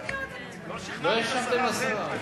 לא שכנעתי את השרה.